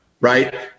right